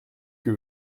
que